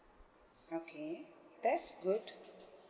okay that's good